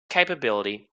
capability